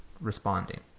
responding